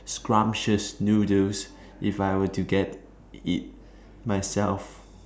scrumptious noodles if I were to get it myself